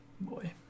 boy